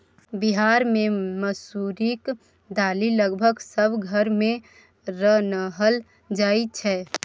बिहार मे मसुरीक दालि लगभग सब घर मे रान्हल जाइ छै